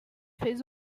fez